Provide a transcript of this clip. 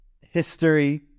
history